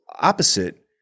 Opposite